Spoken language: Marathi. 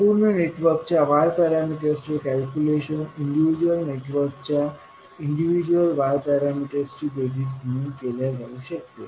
संपूर्ण नेटवर्कच्या y पॅरामीटर्सचे कॅल्क्युलेशन इन्डिविजुअल नेटवर्कच्या इन्डिविजुअल y पॅरामीटर्सची बेरीज म्हणून केल्या जाऊ शकते